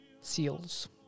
seals